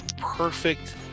perfect